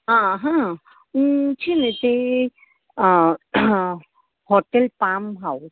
હા હા હું છે ને તે હોટલ પામ હાઉસ